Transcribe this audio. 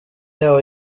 yaho